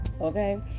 Okay